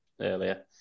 earlier